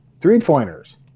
three-pointers